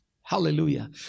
Hallelujah